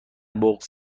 بغض